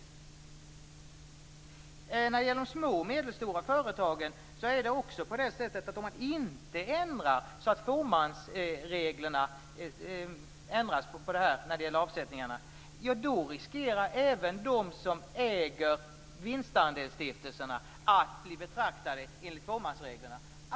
När det gäller de små och medelstora företagen är det så att om man inte ändrar fåmansreglerna när det gäller avsättningarna riskerar även de som äger vinstandelsstiftelserna att bli betraktade enligt fåmansreglerna.